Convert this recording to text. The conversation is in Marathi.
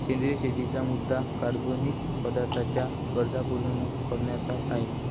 सेंद्रिय शेतीचा मुद्या कार्बनिक पदार्थांच्या गरजा पूर्ण न करण्याचा आहे